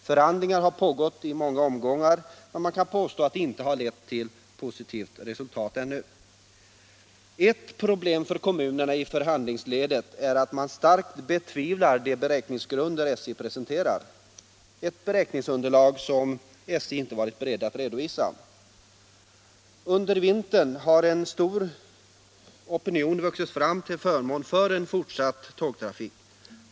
Förhandlingar har pågått i många omgångar, men man kan påstå att de ännu inte har lett till positivt resultat. Ett problem för kommunerna i förhandlingsledet är att man där starkt betvivlar de beräkningsgrunder SJ presenterar, ett beräkningsunderlag som SJ inte varit berett att redovisa. Under vintern har en stor opinion vuxit fram till förmån för en fortsatt tågtrafik.